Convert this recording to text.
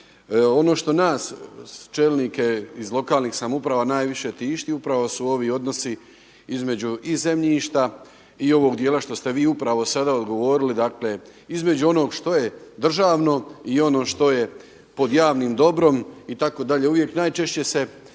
Ono što nas čelnike iz lokalnih samouprava najviše tišti upravo su ovi odnosio između i zemljišta i ovog djela što ste vi upravo sada odgovorili, dakle između onog što je državno i ono što je pod javnim dobrom itd. Uvijek najčešće se kad